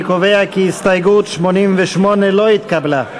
אני קובע כי הסתייגות 88 לא התקבלה.